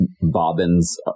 bobbins